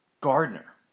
Gardner